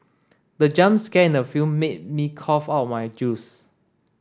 the jump scare in the film made me cough out my juice